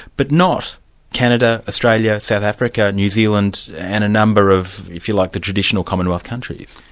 but not canada, australia, south africa, new zealand and a number of, if you like, the traditional commonwealth countries.